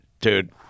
dude